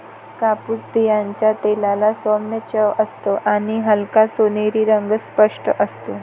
कापूस बियांच्या तेलाला सौम्य चव असते आणि हलका सोनेरी रंग स्पष्ट असतो